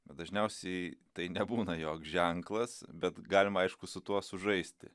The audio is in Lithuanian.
bet dažniausiai tai nebūna joks ženklas bet galima aišku su tuo sužaisti